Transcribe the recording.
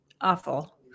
awful